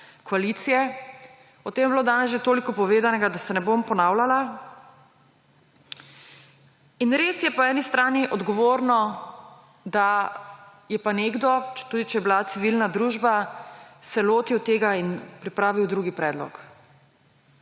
koalicije. O tem je bilo danes že toliko povedanega, da se ne bom ponavljala. Res je po eni strani odgovorno, da se je nekdo, tudi če je bila civilna družba, lotil tega in pripravil drug predlog.